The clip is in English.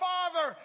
Father